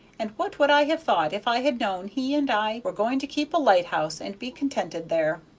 and what would i have thought if i had known he and i were going to keep a lighthouse and be contented there,